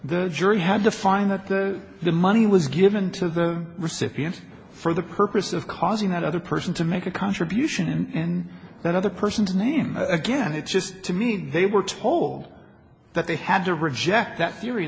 the jury had to find that the money was given to the recipient for the purpose of causing that other person to make a contribution in that other person's name again it just to mean they were told that they had to reject that theory